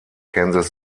kansas